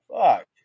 Fuck